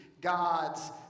God's